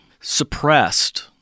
suppressed